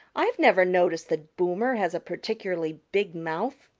i've never noticed that boomer has a particularly big mouth.